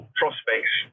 prospects